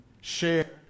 share